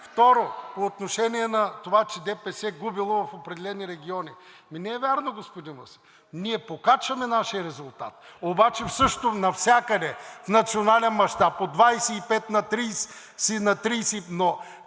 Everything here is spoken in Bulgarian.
има.“) По отношение на това, че ДПС губело в определени региони. Ами не е вярно, господин Василев. Ние покачваме нашия резултат. (Реплики.) Навсякъде в национален мащаб от 25 на 30, но